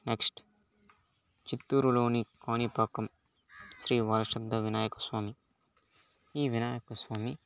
next చిత్తూరులోని కాణిపాకం శ్రీ వరసిద్ధి వినాయక స్వామి ఈ వినాయక స్వామి